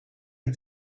die